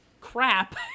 crap